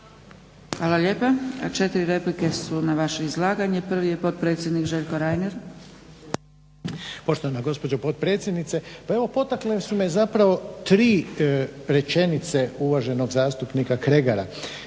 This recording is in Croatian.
Hvala lijepa. Četiri replike su na vaše izlaganje. Prvi je potpredsjednik Željko Reiner.